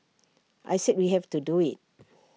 I said we have to do IT